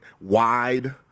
wide